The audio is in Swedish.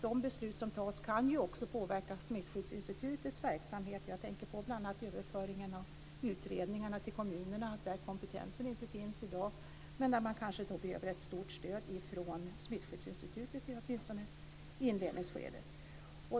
De beslut som fattas kan ju också påverka Smittskyddsinstitutets verksamhet. Jag tänker bl.a. på överföringen av utredningarna till kommunerna där kompetensen i dag inte finns, men där man kanske behöver ett stort stöd från Smittskyddsinstitutet, åtminstone i inledningsskedet.